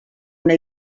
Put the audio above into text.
una